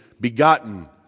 begotten